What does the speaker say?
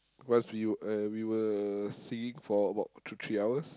once we uh we were singing for about two three hours